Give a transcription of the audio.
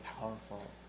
powerful